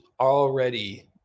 already